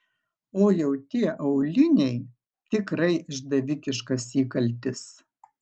o jau tie auliniai tikrai išdavikiškas įkaltis